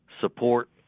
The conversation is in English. support